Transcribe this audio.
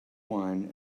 wine